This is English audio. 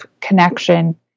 connection